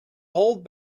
hold